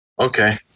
Okay